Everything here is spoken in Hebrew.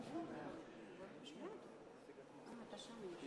חברי הכנסת, היום א' בשבט תשע"ה,